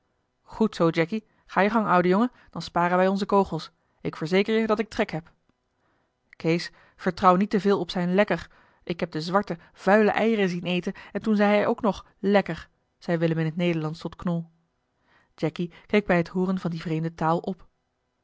goed zoo jacky ga je gang oude jongen dan sparen wij onze kogels ik verzeker je dat ik trek heb kees vertrouw niet te veel op zijn lekker ik heb den zwarte vuile eieren zien eten en toen zei hij ook nog lekker zei willem in het nederlandsch tot knol jacky keek bij het hooren van die vreemde taal op